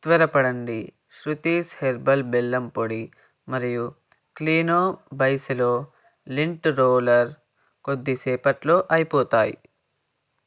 త్వరపడండి శృతీస్ హెర్బల్ బెల్లం పొడి మరియు Cleano by Cello lint roller కొద్దిసేపట్లో అయిపోతాయి